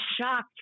shocked